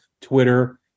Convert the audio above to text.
Twitter